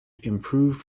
improved